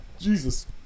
jesus